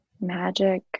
magic